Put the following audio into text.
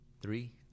Three